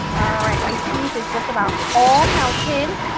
alright, my cheese is just about all melted,